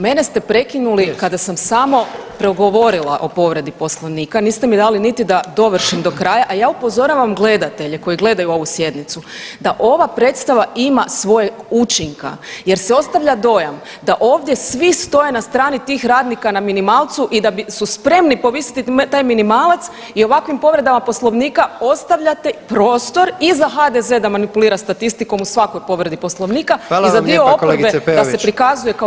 Mene ste prekinuli kada sam samo progovorila o povredi Poslovnika, niste mi dali niti da dovršim do kraja, a ja upozoravam gledatelje koji gledaju ovu sjednicu da ova predstava ima svojeg učinka jer se ostavlja dojam da ovdje svi stoje na strani tih radnika na minimalcu i da su spremni povisiti taj minimalac i ovakvim povredama Poslovnika ostavljate prostor i za HDZ da manipulira statistikom u svakoj povredi Poslovnika [[Upadica: Hvala vam lijepa kolegice Peović]] i za dio oporbe da se prikazuje kao